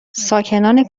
ساکنان